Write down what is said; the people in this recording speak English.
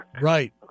Right